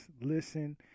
listen